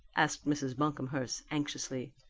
asked mrs. buncomhearst anxiously.